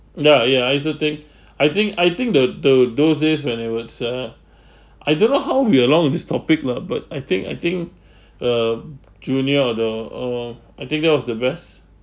ya ya I also think I think I think the the those days when it was uh I don't know how we around with this topic lah but I think I think um junior or the old I think that was the best